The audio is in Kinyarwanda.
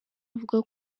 avuga